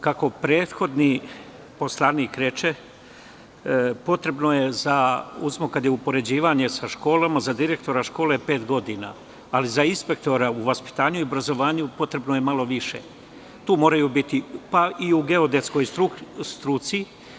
Kako prethodni poslanik reče, potrebno je, kada je upoređivanje sa školama, za direktora škole pet godina, ali za inspektora u vaspitanju i obrazovanju potrebno je malo više, pa i u geodetskoj struci.